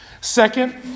Second